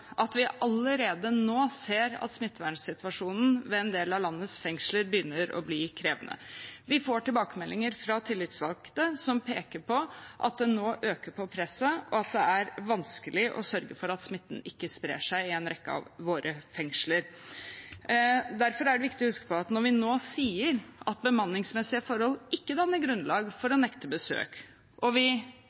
at vi allerede nå ser at smittevernsituasjonen ved en del av landets fengsler begynner å bli krevende. Vi får tilbakemeldinger fra tillitsvalgte som peker på at presset nå øker, og at det er vanskelig å sørge for at smitten ikke sprer seg i en rekke av våre fengsler. Derfor er det viktig å huske at når vi nå sier at bemanningsmessige forhold ikke danner grunnlag for å nekte besøk, og vi